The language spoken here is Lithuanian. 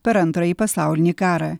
per antrąjį pasaulinį karą